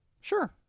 Sure